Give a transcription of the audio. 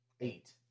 Eight